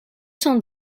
cent